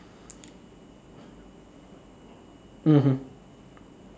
mmhmm